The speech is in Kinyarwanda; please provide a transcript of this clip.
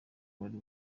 wari